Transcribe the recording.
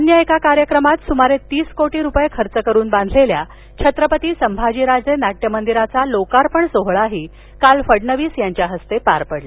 अन्य एका कार्यक्रमात सुमारे तीस कोटी रुपये खर्च करुन बांधलेल्या छत्रपती संभाजीराजे नाट्यमंदिराचा लोकार्पण सोहळाही काल फडणवीस यांच्या हस्ते पार पडला